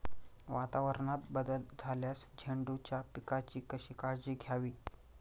वातावरणात बदल झाल्यास झेंडूच्या पिकाची कशी काळजी घ्यावी?